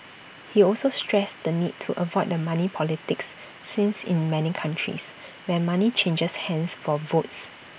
he also stressed the need to avoid the money politics since in many countries where money changes hands for votes